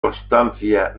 constancia